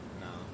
No